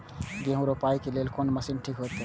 गेहूं रोपाई के लेल कोन मशीन ठीक होते?